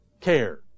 care